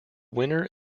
winner